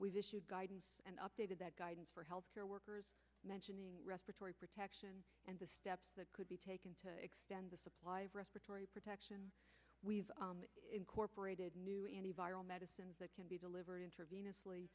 we've issued guidance and updated that guidance for health care workers mentioning respiratory protection and the steps that could be taken to extend the supply of respiratory protection we've incorporated new any viral medicines that can be delivered